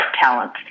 talent